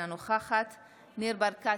אינה נוכחת ניר ברקת,